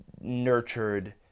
nurtured